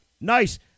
Nice